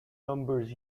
numbers